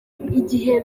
igihe